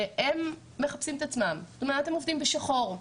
מחפשים את עצמם ועובדים בשחור.